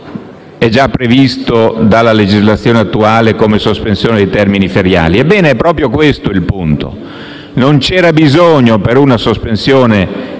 è già previsto dalla legislazione attuale come sospensione dei termini feriali. Ebbene, è proprio questo il punto. Non c'era bisogno, per una sospensione